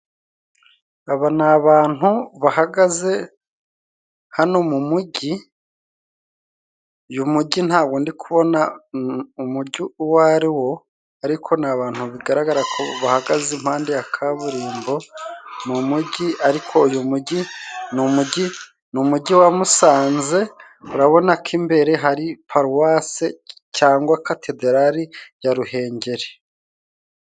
Aba ni abantu bahagaze hano mu mujyi, uyu mujyi ntabwo ndi kubona umujyi uwo ariwo, ariko ni abantu bigaragara ko bahagaze impande ya kaburimbo, mu mujyi ariko uyu mujyi ni umujyi, ni umujyi wa Musanze, urabona ko imbere hari paruwase cyangwa katedrali ya Ruhengeri.